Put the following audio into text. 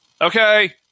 Okay